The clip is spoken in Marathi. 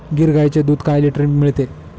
गीर गाईचे दूध काय लिटर मिळते?